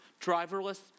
driverless